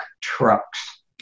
trucks